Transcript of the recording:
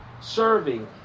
serving